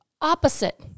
opposite